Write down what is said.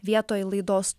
vietoj laidos